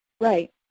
Right